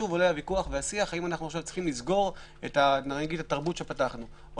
שוב עולה הוויכוח האם אנחנו עכשיו צריכים לסגור את התרבות שפתחנו או